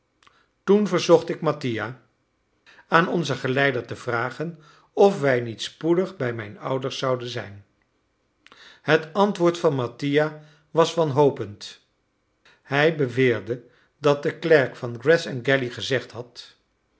toen verzocht ik mattia aan onzen geleider te vragen of wij niet spoedig bij mijn ouders zouden zijn het antwoord van mattia was wanhopend hij beweerde dat de klerk van greth and galley gezegd had